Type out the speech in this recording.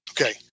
Okay